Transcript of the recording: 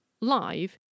live